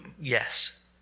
Yes